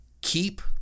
keep